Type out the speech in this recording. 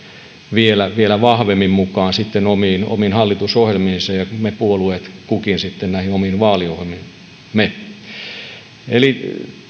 vielä vielä vahvemmin mukaan sitten omiin omiin hallitusohjelmiinsa ja me puolueet kukin omiin vaaliohjelmiimme eli